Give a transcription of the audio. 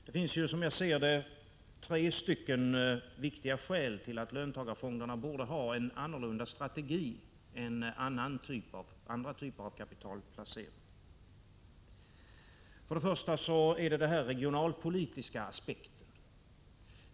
Det finns, som jag ser det, tre viktiga skäl till att löntagarfonderna borde ha en annorlunda strategi än andra typer av kapitalplacering. För det första är det den regionalpolitiska aspekten.